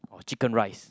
or chicken rice